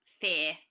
fear